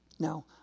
Now